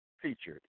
Featured